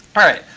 all right.